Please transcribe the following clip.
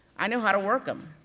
i know how to work em,